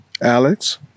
alex